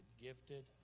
gifted